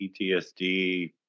PTSD